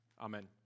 amen